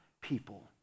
people